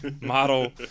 model